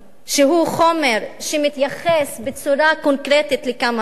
שהוא חומר שמתייחס בצורה קונקרטית לכמה מקרים,